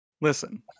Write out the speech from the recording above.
listen